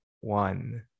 one